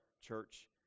church